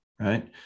right